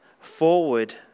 forward